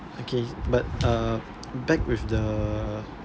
okay but uh back with the